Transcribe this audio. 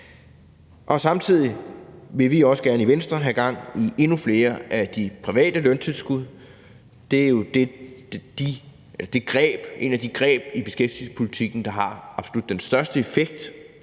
Samtidig vil vi også gerne i Venstre have gang i endnu flere af de private løntilskud. Det er jo et af de greb i beskæftigelsespolitikken, der har den absolut største effekt